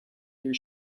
your